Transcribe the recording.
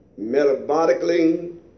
metabolically